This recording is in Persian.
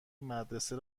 مدرسه